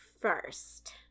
first